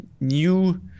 new